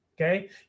Okay